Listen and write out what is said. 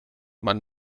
man